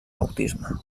autisme